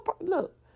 look